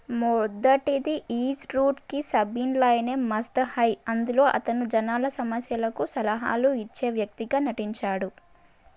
మొదటిది ఈజ్ రూట్కి సభిన్ లైనే మస్త్ హై అందులో అతను జనాల సమస్యలకు సలాహాలు ఇచ్చే వ్యక్తిగా నటించాడు